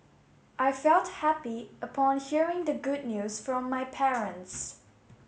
I felt happy upon hearing the good news from my parents